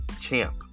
Champ